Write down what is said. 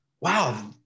wow